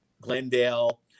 Glendale